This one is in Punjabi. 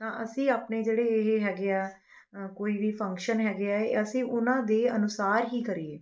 ਤਾਂ ਅਸੀਂ ਆਪਣੇ ਜਿਹੜੇ ਇਹ ਹੈਗੇ ਹੈ ਕੋਈ ਵੀ ਫੰਕਸ਼ਨ ਹੈਗੇ ਹੈ ਅਸੀਂ ਉਹਨਾਂ ਦੇ ਅਨੁਸਾਰ ਹੀ ਕਰੀਏ